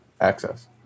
access